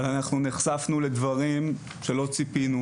אבל אנחנו נחשפנו לדברים שלא ציפינו,